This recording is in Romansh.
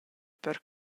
per